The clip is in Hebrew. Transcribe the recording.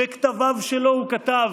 בכתביו שלו, הוא כתב: